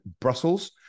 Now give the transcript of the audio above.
Brussels